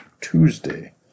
Tuesday